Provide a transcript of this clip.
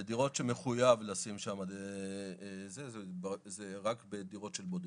בדירות שמחויב לשים שם זה רק בדירות של בודדים.